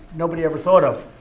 nobody ever thought of.